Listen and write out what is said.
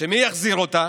ומי יחזיר אותה?